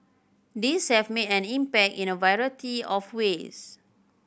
these have made an impact in a variety of ways